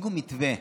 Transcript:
תציגו מתווה.